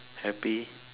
happy